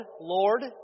Lord